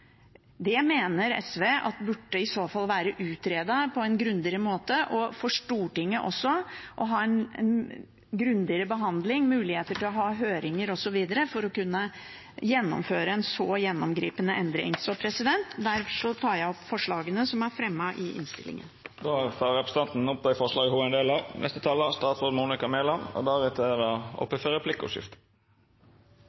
Det mener SV at i så fall burde ha vært utredet på en grundigere måte, så Stortinget også hadde fått muligheter til å ha en grundigere behandling, muligheter til å ha høringer osv., for å kunne gjennomføre en så gjennomgripende endring. Derfor tar jeg opp forslaget fra SV som er fremmet i innstillingen. Representanten Karin Andersen har teke opp